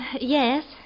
Yes